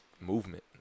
movement